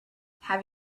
have